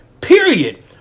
Period